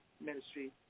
ministry